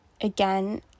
again